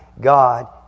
God